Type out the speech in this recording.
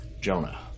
Jonah